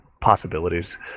possibilities